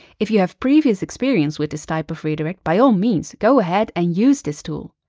if you have previous experience with this type of redirect, by all means, go ahead and use this tool.